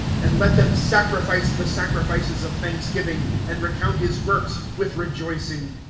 and let them sacrifice the sacrifices of thanksgiving. and recount his works with rejoicing.